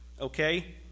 okay